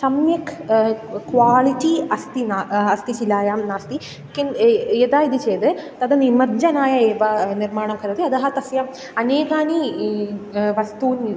सम्यक् क्वालिटि अस्ति न अस्ति शिलायां नास्ति किन्तु यदा इति चेद् तद् निमज्जनाय एव निर्माणं करोति अतः तस्य अनेकानि वस्तूनि